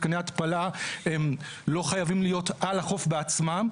מתקני התפלה לא חייבים להיות על החוף בעצמם,